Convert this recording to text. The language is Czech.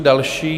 Další